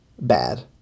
bad